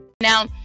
Now